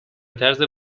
طرز